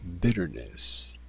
bitterness